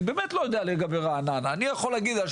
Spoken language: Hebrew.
אני באמת לא יודע לגבי רעננה אבל אני יכול לדבר על